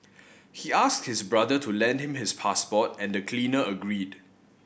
he asked his brother to lend him his passport and the cleaner agreed